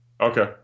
okay